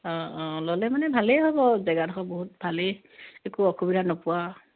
অঁ অঁ ল'লে মানে ভালেই হ'ব জেগাডোখৰ বহুত ভালেই একো অসুবিধা নোপোৱা